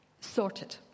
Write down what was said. Sorted